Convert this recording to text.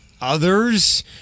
others